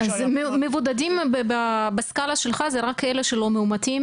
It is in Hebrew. אז מבודדים בסקאלה שלך זה רק כאלה שלא מאומתים